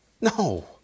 No